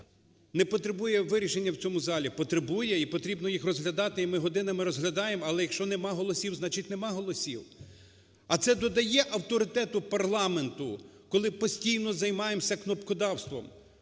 не потребує вирішення в цьому залі. Потребує і потрібно їх розглядати і ми годинами розглядаємо, але якщо нема голосів, значить нема голосів. А це додає авторитету парламенту, коли постійно займаємося кнопкодавством?